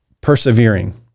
persevering